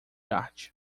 arte